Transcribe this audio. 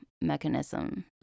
mechanism